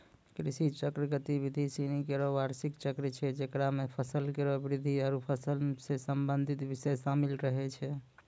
कृषि चक्र गतिविधि सिनी केरो बार्षिक चक्र छै जेकरा म फसल केरो वृद्धि आरु फसल सें संबंधित बिषय शामिल रहै छै